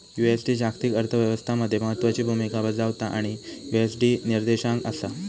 USD जागतिक अर्थ व्यवस्था मध्ये महत्त्वाची भूमिका बजावता आणि यु.एस.डी निर्देशांक असा